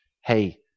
hey